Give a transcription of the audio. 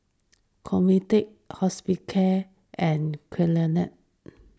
Convatec Hospicare and